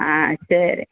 ஆ சரி